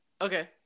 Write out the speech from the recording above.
Okay